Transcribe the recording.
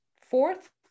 fourth